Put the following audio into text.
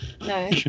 No